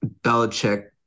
Belichick